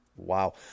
Wow